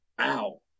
Ow